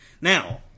Now